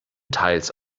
teils